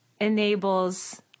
enables